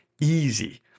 easy